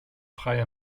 freie